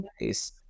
nice